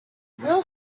real